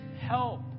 help